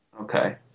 Okay